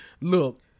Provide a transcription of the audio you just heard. Look